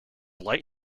light